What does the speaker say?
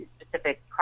specific